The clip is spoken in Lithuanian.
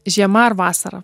žiema ar vasara